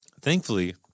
Thankfully